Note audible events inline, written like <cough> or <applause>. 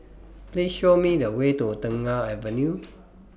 <noise> Please Show Me The Way to Tengah Avenue